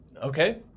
Okay